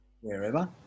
Wherever